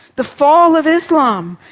the fall of islam,